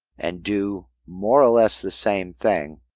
and do more or less the same thing,